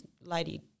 Lady